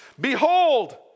Behold